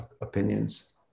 opinions